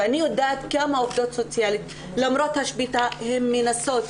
ואני יודעת כמה שהעובדות הסוציאליות למרות השביתה מנסות,